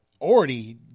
already